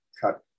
cut